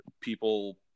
people